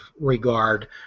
regard